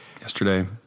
yesterday